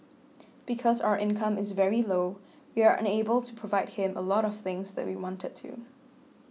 because our income is very low we are unable to provide him a lot of things that we wanted to